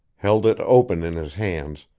held it open in his hands,